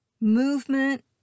Movement